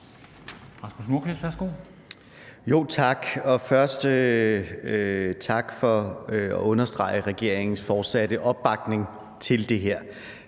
Rasmus Nordqvist (SF): Først tak for at understrege regeringens fortsatte opbakning til det her,